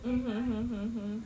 mm mm mm mm